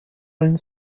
allen